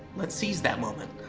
let's seize that moment.